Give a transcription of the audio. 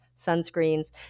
sunscreens